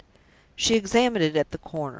she examined it at the corners.